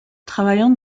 travaillant